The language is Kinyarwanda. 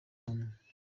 numwe